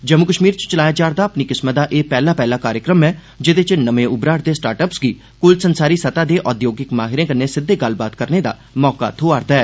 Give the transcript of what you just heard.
जम्मू कष्मीर च चलाया जारदा अपनी किस्मॅ दा एह् पैहला पैहला कार्यक्रम ऐ जेदे च नमें उभरारदे स्टार्ट अप्स गी कुल संसारी सतह दे औद्योगिक माहिरे कन्नै सिद्वे गल्ल करने दा मौका थोआरदा ऐ